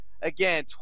Again